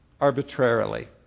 arbitrarily